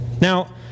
now